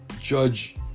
judge